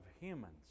humans